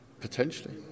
Potentially